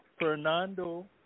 Fernando